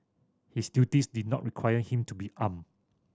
his duties did not require him to be arm